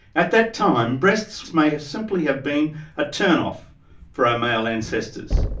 at that time breasts may have simply have been a turn off for our male ancestors.